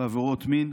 בעבירות מין